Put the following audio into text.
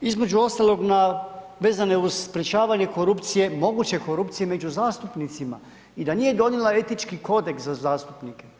između ostalog na, vezano uz sprječavanje korupcije, moguće korupcije među zastupnicima i da nije donijela etički kodeks za zastupnike.